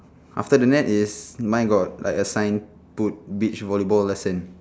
after the net is mine got like a sign put beach volleyball lesson